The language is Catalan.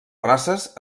races